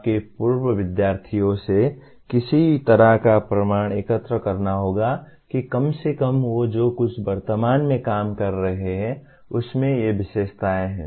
आपके पूर्व विद्यार्थियों से किसी तरह का प्रमाण एकत्र करना होगा कि कम से कम वे जो कुछ भी वर्तमान में काम कर रहे हैं उसमें ये विशेषताएं हैं